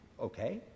okay